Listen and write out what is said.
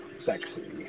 Sexy